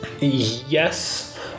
yes